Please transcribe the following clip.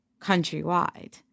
countrywide